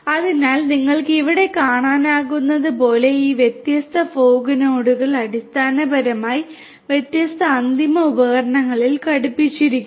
അതിനാൽ നിങ്ങൾക്ക് ഇവിടെ കാണാനാകുന്നതുപോലെ ഈ വ്യത്യസ്ത ഫോഗ് നോഡുകൾ അടിസ്ഥാനപരമായി വ്യത്യസ്ത അന്തിമ ഉപകരണങ്ങളിൽ ഘടിപ്പിച്ചിരിക്കുന്നു